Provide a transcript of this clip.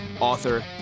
author